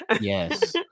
Yes